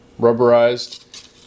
rubberized